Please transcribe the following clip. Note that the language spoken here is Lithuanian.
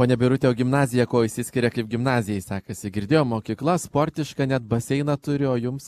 ponia birute o gimnazija kuo išsiskiria kaip gimnazijai sekasi girdėjo mokykla sportiška net baseiną turi o jums